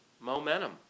momentum